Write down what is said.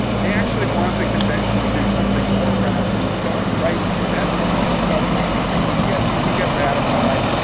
they actually want the convention to do something more radical. go and write the best form of government you think and you can get ratified,